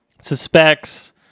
suspects